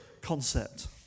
concept